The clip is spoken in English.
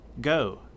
Go